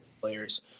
players